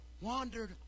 wandered